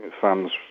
fans